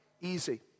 easy